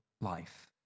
life